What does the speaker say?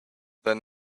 than